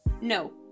no